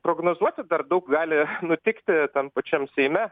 prognozuoti dar daug gali nutikti tam pačiam seime